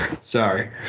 sorry